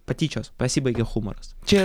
patyčios pasibaigia humoras čia